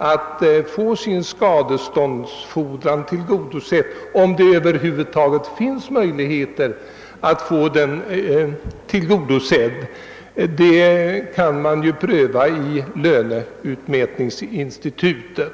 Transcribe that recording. att få sin fordran tillgodosedd — om det över huvud taget finns möjlighet därtill — genom löneutmätningsinstibutet.